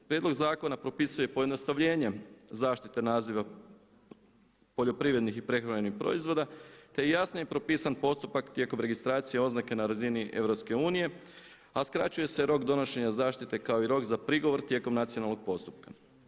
Prijedlog zakona propisuje pojednostavljenje zaštite naziva poljoprivrednih i prehrambenih proizvoda te jasno je propisan postupak tijekom registracije oznake na razini EU a skraćuje se rok donošenja zaštite kao i rok za prigovor tijekom nacionalnog postupka.